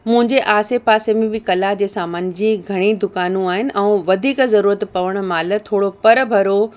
मुंहिंजे आसे पासे में बि कला जे सामान जी घणेई दुकानू आहिनि ऐं वधीक ज़रूरत पवण महिल थोरो पर भरो